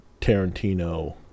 Tarantino